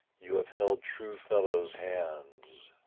you have held true fellows' hands.